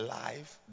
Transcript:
life